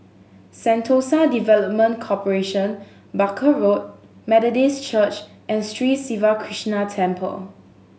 Sentosa Development Corporation Barker Road Methodist Church and Sri Siva Krishna Temple